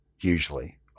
usually